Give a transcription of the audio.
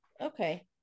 okay